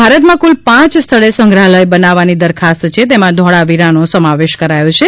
ભારત માં કુલ પાંચ સ્થળે સંગ્રહાલય બનાવવાની દરખાસ્ત છે તેમાં ધોળાવીરા નો સમાવેશ કરાયો છે